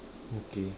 okay